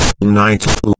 night